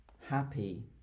happy